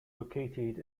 located